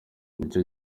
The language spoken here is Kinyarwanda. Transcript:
nicyo